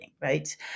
right